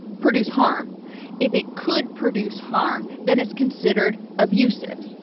produce harm if it could produce harm then it's considered abusive